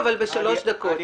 בבקשה.